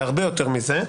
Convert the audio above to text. והרבה יותר זה,